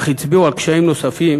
אך הצביעו על קשיים נוספים